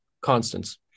constants